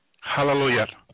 Hallelujah